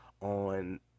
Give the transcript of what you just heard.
on